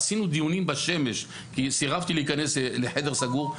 עשינו דיונים בשמש כי סירבתי להיכנס לחדר סגור.